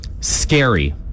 Scary